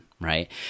right